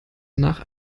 nach